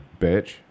bitch